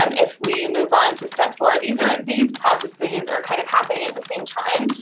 um if we move on to step four, these are these processes are kind of happening at the same time,